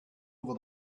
over